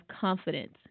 confidence